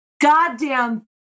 goddamn